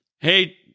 Hey